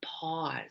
pause